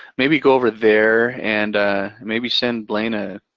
maybe go over there and maybe send blaine a.